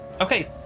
Okay